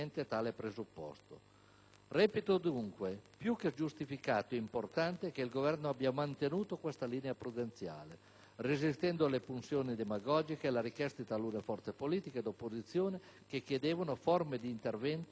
Reputo dunque più che giustificato e importante che il Governo abbia mantenuto questa linea prudenziale, resistendo alle pulsioni demagogiche e alla richiesta di talune forze politiche d'opposizione, che chiedevano forme di intervento molto più onerose.